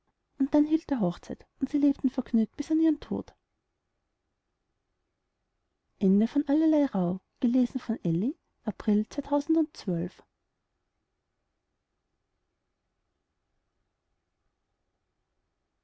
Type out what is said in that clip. und dann hielt er hochzeit und sie lebten vergnügt bis an ihren tod